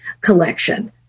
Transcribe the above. collection